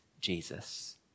Jesus